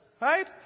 right